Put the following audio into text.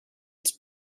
its